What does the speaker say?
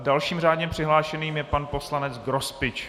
Dalším řádně přihlášeným je pan poslanec Grospič.